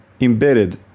embedded